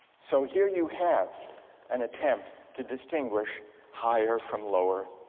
so here you have an attempt to distinguish higher from lower